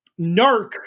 Narc